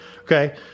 Okay